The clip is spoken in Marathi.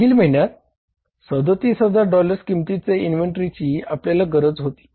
मागील महिन्यात 37000 डॉलर्स किंमतीच्या इन्व्हेंटरीची आपल्याला गरज होती